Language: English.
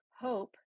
Hope